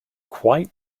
quite